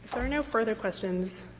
are no further questions,